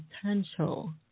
potential